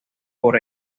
por